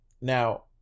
now